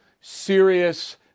serious